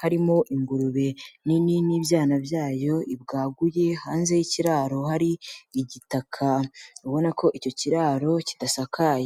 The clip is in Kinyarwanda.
harimo ingurube nini n'ibyana byayo ibwaguye, hanze y'ikiraro hari igitaka, ubona ko icyo kiraro kidasakaye.